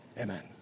Amen